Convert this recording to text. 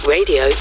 Radio